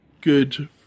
good